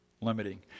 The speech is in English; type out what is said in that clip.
limiting